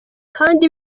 kandi